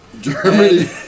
Germany